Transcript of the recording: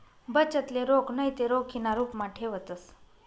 बचतले रोख नैते रोखीना रुपमा ठेवतंस